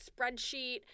spreadsheet